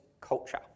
culture